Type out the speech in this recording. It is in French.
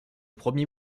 premier